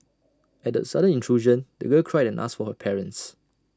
at the sudden intrusion the girl cried and asked for her parents